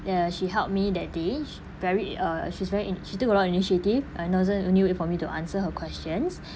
uh she helped me that day s~ very uh she's very in~ she took a lot initiative for me to answer her questions